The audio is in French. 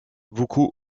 beaucoup